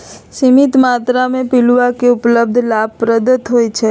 सीमित मत्रा में पिलुआ के उपलब्धता लाभप्रद होइ छइ